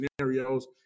scenarios